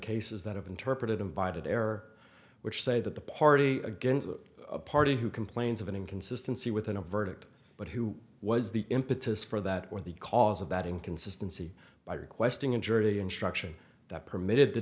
cases that have interpreted invited error which say that the party against the party who complains of an inconsistency within a verdict but who was the impetus for that or the cause of that inconsistency by requesting a jury instruction that permitted the